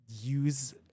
use